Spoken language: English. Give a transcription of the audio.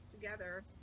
together